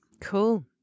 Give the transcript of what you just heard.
Cool